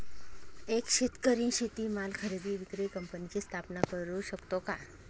एक शेतकरी शेतीमाल खरेदी विक्री कंपनीची स्थापना करु शकतो का?